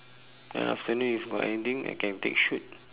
ya film day if you got anything I can take shoot